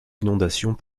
inondations